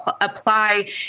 apply